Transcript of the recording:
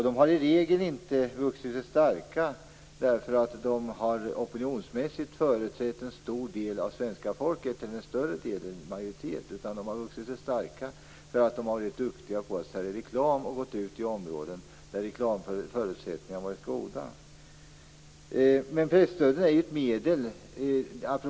De har i regel inte vuxit sig starka därför att de opinionsmässigt har företrätt en majoritet av svenska folket utan de har vuxit sig starka för att de har varit duktiga på att sälja reklam och utgivits i områden där reklamförutsättningarna har varit goda.